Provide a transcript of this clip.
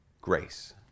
grace